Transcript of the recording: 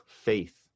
faith